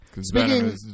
speaking